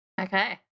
Okay